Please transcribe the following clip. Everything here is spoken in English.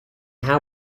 how